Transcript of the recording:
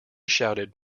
shouted